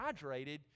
hydrated